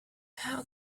how